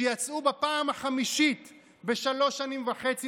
שיצאו בפעם החמישית בשלוש שנים וחצי